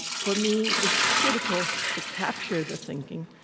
for me, it's critical to capture the thinking,